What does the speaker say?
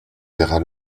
verras